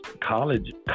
college